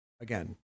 Again